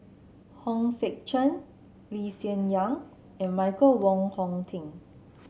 Hong Sek Chern Lee Hsien Yang and Michael Wong Hong Teng